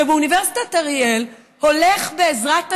באוניברסיטת אריאל הולך, בעזרת השם,